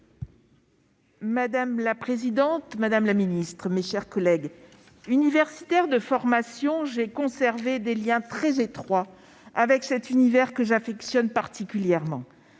Madame la présidente, madame la ministre, mes chers collègues, universitaire de formation, j'ai conservé des liens très étroits avec cet univers que j'affectionne particulièrement.